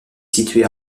situé